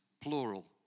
plural